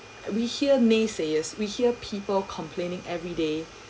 we hear naysayers we hear people complaining everyday